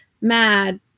mad